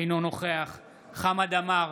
אינו נוכח חמד עמאר,